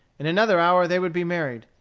in another hour they would be married.